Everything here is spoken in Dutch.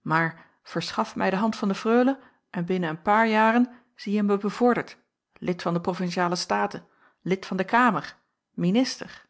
maar verschaf mij de hand van de freule en binnen een paar jaren zie je mij bevorderd lid van de provinciale staten lid van de kamer minister